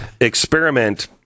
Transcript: experiment